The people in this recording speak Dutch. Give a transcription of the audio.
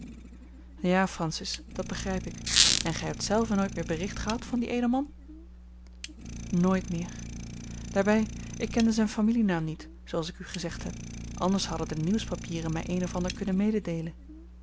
ja francis dat begrijp ik en gij hebt zelve nooit meer bericht gehad van dien edelman nooit meer daarbij ik kende zijn familienaam niet zooals ik u gezegd heb anders hadden de nieuwspapieren mij een of ander kunnen mededeelen